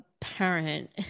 parent